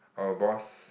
our boss